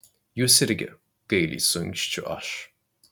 jūs irgi gailiai suinkščiu aš